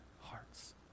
hearts